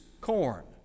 corn